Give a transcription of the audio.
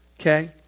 Okay